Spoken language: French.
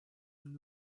nous